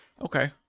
Okay